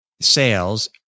sales